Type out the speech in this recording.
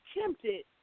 tempted